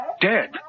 dead